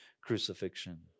crucifixion